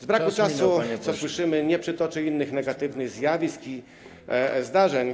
Z braku czasu, co słyszymy, nie przytoczę innych negatywach zjawisk i zdarzeń.